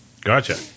Gotcha